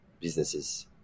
businesses